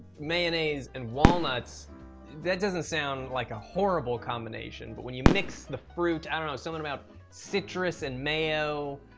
mayonnaise, and walnuts that doesn't sound like a horrible combination, but when you mix the fruit, i don't know. something about citrus and mayo